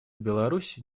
беларусь